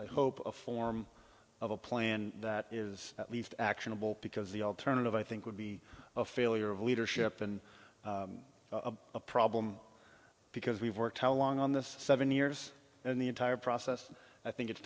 to hope a form of a plan that is at least actionable because the alternative i think would be a failure of leadership and a problem because we've worked how long on this seven years in the entire process i think it's